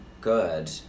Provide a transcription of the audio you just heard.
good